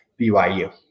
BYU